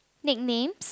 nicknames